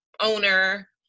owner